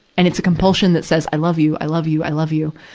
and it's a compulsion that says, i love you. i love you. i love you.